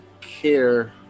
care